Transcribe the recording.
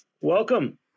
welcome